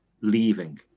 leaving